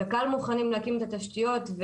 קק"ל מוכנים להקים את התשתיות.